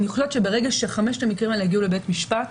אני חושבת שברגע שחמשת המקרים האלה יגיעו לבית המשפט,